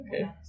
Okay